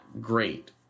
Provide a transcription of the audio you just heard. great